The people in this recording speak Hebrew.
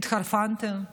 התחרפנתם?